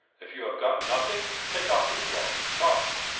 if you have got nothing, take off your glove. come.